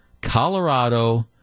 Colorado